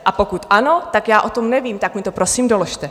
A pokud ano, tak já o tom nevím, tak mi to prosím doložte.